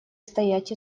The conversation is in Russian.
стоять